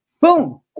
boom